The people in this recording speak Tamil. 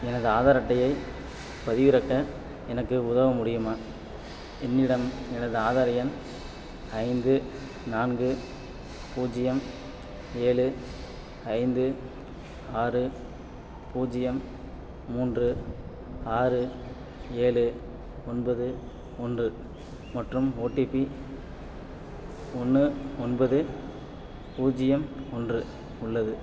எனது ஆதார் அட்டையைப் பதிவிறக்க எனக்கு உதவ முடியுமா என்னிடம் எனது ஆதார் எண் ஐந்து நான்கு பூஜ்யம் ஏழு ஐந்து ஆறு பூஜ்யம் மூன்று ஆறு ஏழு ஒன்பது ஒன்று மற்றும் ஓடிபி ஒன்று ஒன்பது பூஜ்யம் ஒன்று உள்ளது